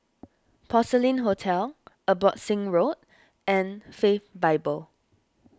Porcelain Hotel Abbotsingh Road and Faith Bible